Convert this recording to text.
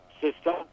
system